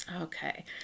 Okay